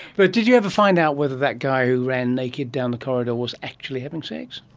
but did you ever find out whether that guy who ran naked down the corridor was actually having sex?